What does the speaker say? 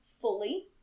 fully